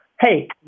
Hey